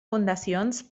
fundacions